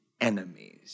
enemies